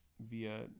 via